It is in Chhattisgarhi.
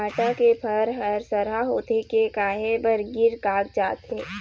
भांटा के फर हर सरहा होथे के काहे बर गिर कागजात हे?